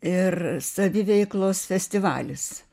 ir saviveiklos festivalis